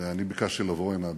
ואני ביקשתי לבוא הנה,